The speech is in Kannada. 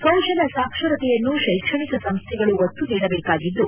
ಕೌಶಲ ಸಾಕ್ಷರತೆಯನ್ನು ಶ್ವೆಕ್ಷಣಿಕ ಸಂಸ್ಥೆಗಳು ನೀಡಬೇಕಾಗಿದ್ದು